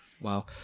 Wow